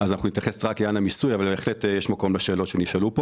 כאן נתייחס רק לעניין המיסוי אבל בהחלט יש מקום לדון בשאלות שנשאלו.